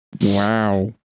Wow